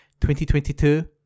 2022